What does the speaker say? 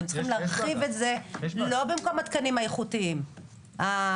אתם צריכים להרחיב את זה לא במקום התקנים האיכותיים של